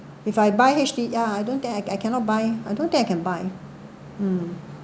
if I buy H_D ya I don't think I I cannot buy I don't think I can buy mm